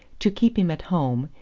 to keep him at home,